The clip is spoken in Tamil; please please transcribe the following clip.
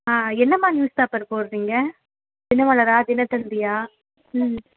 ஆ என்ன மாதிரி நியூஸ் பேப்பர் போடுறீங்க தினமலரா தினத்தந்தியா ம்